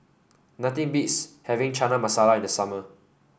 nothing beats having Chana Masala in the summer